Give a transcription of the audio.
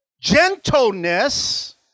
gentleness